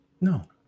no